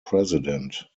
president